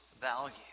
value